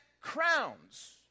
crowns